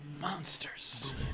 Monsters